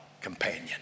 companion